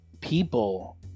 people